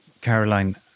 Caroline